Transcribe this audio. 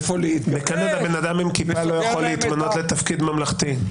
אדם עם כיפה לא יכול להתמנות לתפקיד ממלכתי.